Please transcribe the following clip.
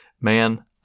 man